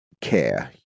care